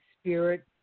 spirit